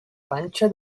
panxa